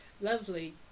lovely